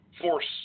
force